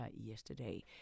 yesterday